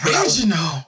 Original